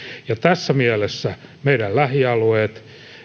ja tässä mielessä meidän lähialueemme